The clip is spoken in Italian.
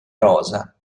rosa